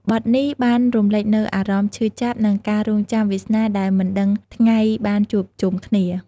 បទនេះបានរំលេចនូវអារម្មណ៍ឈឺចាប់ និងការរង់ចាំវាសនាដែលមិនដឹងថ្ងៃបានជួបជុំគ្នា។